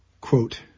Quote